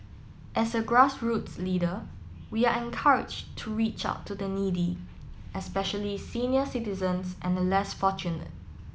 as a grassroots leader we are encourage to reach out to the needy especially senior citizens and the less fortunate